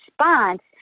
response